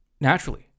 naturally